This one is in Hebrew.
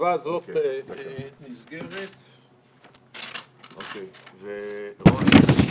הישיבה ננעלה בשעה 09:03.